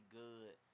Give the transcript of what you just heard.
good